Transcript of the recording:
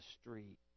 street